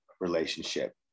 relationship